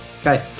Okay